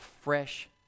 fresh